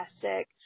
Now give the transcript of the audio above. fantastic